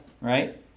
right